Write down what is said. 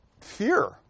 fear